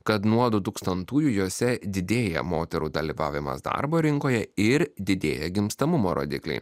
kad nuo du tūkstantųjų jose didėja moterų dalyvavimas darbo rinkoje ir didėja gimstamumo rodikliai